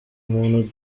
umuntu